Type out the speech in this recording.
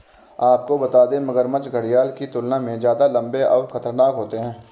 आपको बता दें, मगरमच्छ घड़ियाल की तुलना में ज्यादा लम्बे और खतरनाक होते हैं